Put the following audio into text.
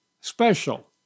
special